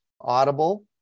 Audible